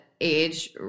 age